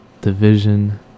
Division